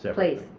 so please.